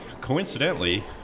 coincidentally